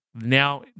now